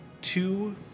two